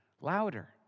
louder